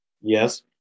Yes